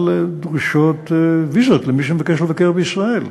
אבל דרושות ויזות למי שמבקש לבקר בישראל,